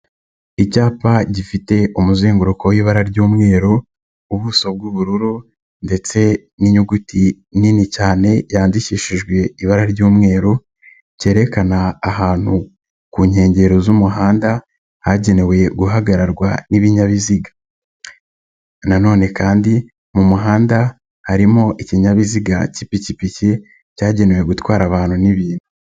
Icyapa gifite umuzenguruko w'ibara ry'umweru, ubuso bw'ubururu ndetse n'inyuguti nini cyane yandikishijwe ibara ry'umweru, cyerekana ahantu ku nkengero z'umuhanda, hagenewegararwa n'ibinyabiziga na none kandi mu muhanda harimo ikinyabiziga cy'ipikipiki cyagenewe gutwara abantu n'ibintu.